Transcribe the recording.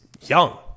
young